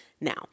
now